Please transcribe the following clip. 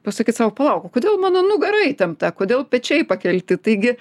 pasakyt sau palauk o kodėl mano nugara įtempta kodėl pečiai pakelti taigi